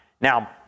Now